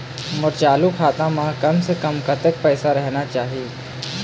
मोर चालू खाता म कम से कम कतक पैसा रहना चाही?